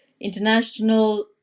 international